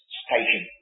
station